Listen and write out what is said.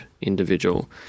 individual